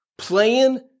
Playing